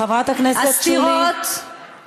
חברת הכנסת שולי מועלם.